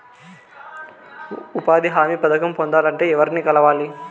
ఉపాధి హామీ పథకం పొందాలంటే ఎవర్ని కలవాలి?